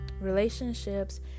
Relationships